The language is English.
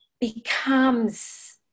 becomes